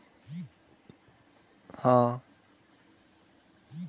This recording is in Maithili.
सामान्यतः बकरी मे प्लेग आ चेचक नामक बीमारी पसरै छै